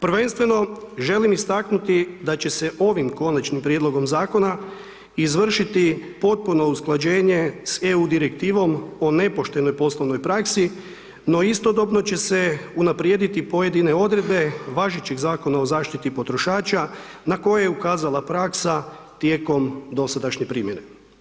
Prvenstveno želim istaknuti da će se ovim konačnim prijedlogom zakona, izvršiti potpuno usklađenje sa EU direktivom o nepoštenoj poslovnoj praksi, no istodobno će se unaprijediti pojedine odredbe važećeg Zakona o zaštiti potrošača, na koje je ukazala praksa tijekom dosadašnje primjene.